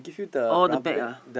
oh the bag ah